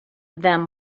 them